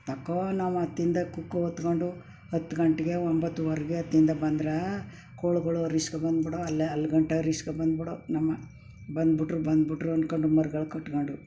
ತಕವಾ ನಮ್ಮ ತಿಂದ ಕುಕ್ಕು ಹೊತ್ಕೊಂಡು ಹತ್ತು ಗಂಟೆಗೆ ಒಂಬತ್ತುವರೆಗೆ ತಿಂದು ಬಂದ್ರೆ ಕೊಳಗಳು ರಿಷ್ಕ ಬಂದ್ಬಿಡು ಅಲ್ಲೇ ಅಲ್ಲಿ ಗಂಟ ರಿಷ್ಕ ಬಂದು ಬಿಡೋ ನಮ್ಮ ಬಂದು ಬಿಟ್ರು ಬಂದು ಬಿಟ್ರು ಅಂದ್ಕೊಂಡು ಮರ್ಗಳು ಕಟ್ಕೊಂಡು